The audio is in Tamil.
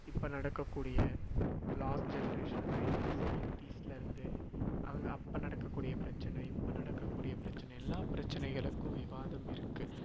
இப்போ நடக்கக்கூடிய லாஸ்ட் ஜென்ரேஷன் நைன்டிஸ் நைன்டிஸிலேருந்து அங்கே அப்போ நடக்கக்கூடிய பிரச்சினை இப்போ நடக்கக்கூடிய பிரச்சினை எல்லா பிரச்சினைகளுக்கும் விவாதம் இருக்குது